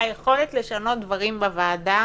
היכולת לשנות דברים בוועדה